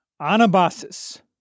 Anabasis